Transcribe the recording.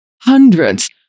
hundreds